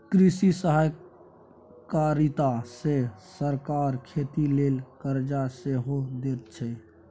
कृषि सहकारिता मे सरकार खेती लेल करजा सेहो दैत छै